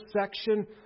section